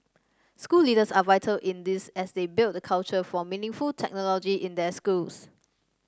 school leaders are vital in this as they build the culture for meaningful technology in their schools